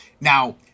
Now